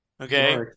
Okay